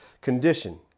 condition